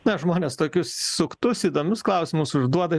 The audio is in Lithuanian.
na žmonės tokius suktus įdomius klausimus užduoda